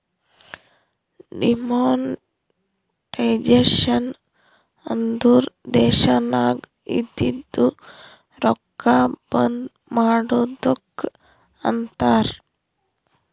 demonetisation ಅಂದುರ್ ದೇಶನಾಗ್ ಇದ್ದಿದು ರೊಕ್ಕಾ ಬಂದ್ ಮಾಡದ್ದುಕ್ ಅಂತಾರ್